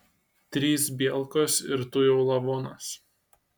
trys bielkos ir tu jau lavonas